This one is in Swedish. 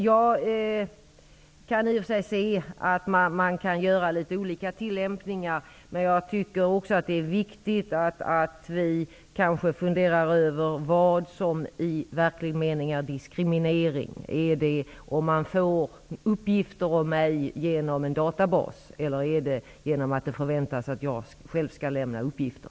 Jag kan i och för sig förstå att olika tillämpningar används, men det är viktigt att vi funderar över vad som i verklig mening avses med diskriminering. Är det om någon får uppgifter om mig genom en databas eller är det genom att det förväntas att jag själv skall lämna uppgifter?